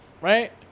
right